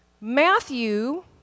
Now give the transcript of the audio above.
Matthew